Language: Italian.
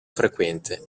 frequente